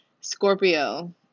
Scorpio